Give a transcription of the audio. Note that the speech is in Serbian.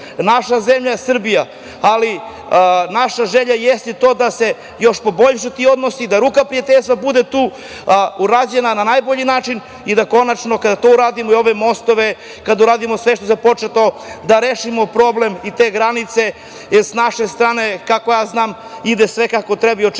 Naša zemlja je Srbija, ali naša želja jeste to da se još poboljšaju ti odnosi, da ruka prijateljstva bude tu, urađena na najbolji način i da konačno, kada to uradimo i ove mostove, kada uradimo sve što je započeto, da rešimo problem i te granice sa naše strane. Koliko ja znam, ide sve kako treba i očekujem